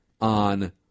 on